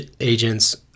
agents